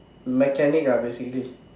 mechanic ah basically